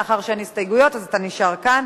מאחר שאין הסתייגויות אתה נשאר כאן.